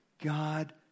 God